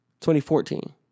2014